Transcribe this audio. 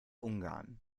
ungarn